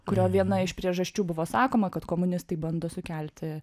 kurio viena iš priežasčių buvo sakoma kad komunistai bando sukelti